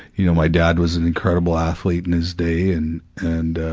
you know my dad was an incredible athlete in his day and, and ah,